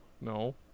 no